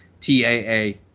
TAA